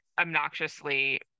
obnoxiously